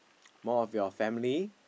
more of your family